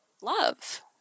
Love